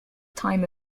time